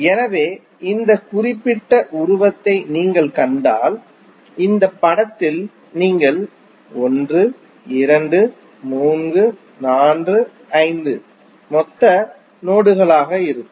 எனவே இந்த குறிப்பிட்ட உருவத்தை நீங்கள் கண்டால் இந்த படத்தில் நீங்கள் 1 2 3 4 5 மொத்த நோடுகளாக இருக்கும்